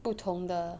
不同的